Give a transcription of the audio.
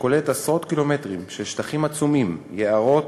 שכוללת עשרות קילומטרים של שטחים עצומים: יערות,